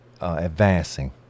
advancing